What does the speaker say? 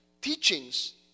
teachings